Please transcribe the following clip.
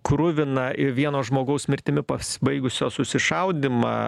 kruviną vieno žmogaus mirtimi pasibaigusio susišaudymą